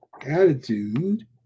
attitude